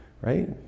right